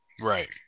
Right